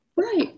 Right